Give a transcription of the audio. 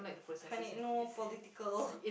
honey no political